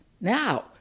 now